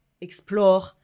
explore